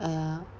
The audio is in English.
!aiya!